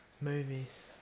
movies